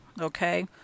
Okay